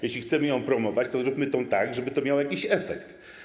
Jeśli chcemy ją promować, to zróbmy to tak, żeby to miało jakiś efekt.